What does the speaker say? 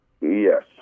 Yes